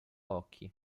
occhi